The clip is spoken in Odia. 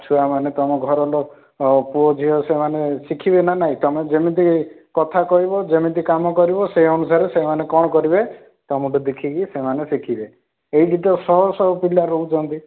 ଛୁଆମାନେ ତୁମ ଘରଲୋକ ଓ ପୁଅ ଝିଅ ସେମାନେ ଶିଖିବେ ନା ନାହିଁ ତୁମେ ଯେମିତି କଥା କହିବ ଯେମିତି କାମ କରିବ ସେହି ଅନୁସାରେ ସେମାନେ କ'ଣ କରିବେ ତୁମଠୁ ଦେଖିକି ସେମାନେ ଶିଖିବେ ଏଇଠି ତ ଶହ ଶହ ପିଲା ରହୁଛନ୍ତି